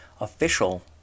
Official